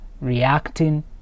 reacting